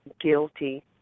guilty